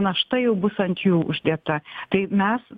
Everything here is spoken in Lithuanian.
našta jau bus ant jų uždėta tai mes